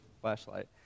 flashlight